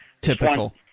typical